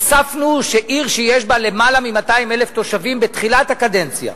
הוספנו שעיר שיש בה למעלה מ-200,000 תושבים בתחילת הקדנציה,